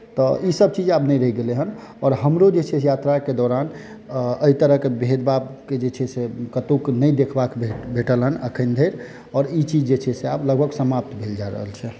तऽ ईसभ चीज आब नहि रहि गेलै हेँ आओर हमरो जे छै से यात्राके दौरान एहितरहके भेद भाव के जे छै से कतहु नहि देखबाक भेट भेटल हेँ एखन धरि आओर ई चीज जे छै से आब लगभग समाप्त भेल जा रहल छै